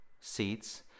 seats